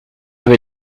avez